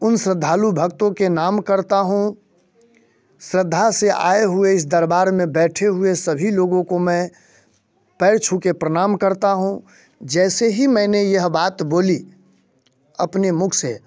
उन श्रद्धालु भक्तों के नाम करता हूँ श्रद्धा से आए हुए इस दरबार में बैठे हुए सभी लोगों को मैं पैर छू के प्रणाम करता हूँ जैसे ही मैंने यह बात बोली अपने मुख से